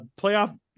playoff